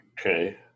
okay